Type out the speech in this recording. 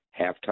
halftime